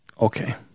Okay